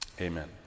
Amen